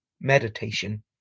Meditation